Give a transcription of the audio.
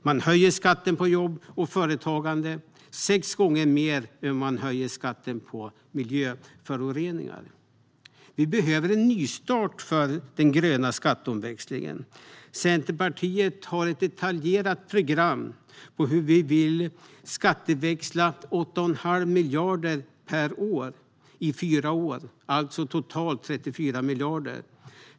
De höjer skatten på jobb och företagande sex gånger mer än vad de höjer skatten på miljöföroreningar. Vi behöver en nystart för den gröna skatteväxlingen. Centerpartiet har ett detaljerat program för hur vi vill skatteväxla 8 1⁄2 miljarder per år i fyra år, alltså totalt 34 miljarder.